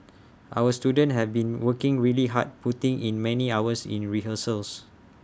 our students have been working really hard putting in many hours in rehearsals